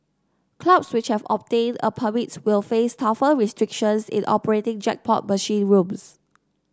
clubs which have obtained a permit will face tougher restrictions in operating jackpot machine rooms